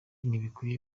ntibikwiye